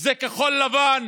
זה כחול לבן,